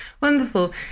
Wonderful